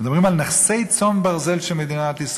מדברים על נכסי צאן ברזל של מדינת ישראל.